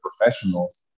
professionals